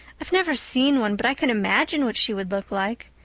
i've never seen one, but i can imagine what she would look like.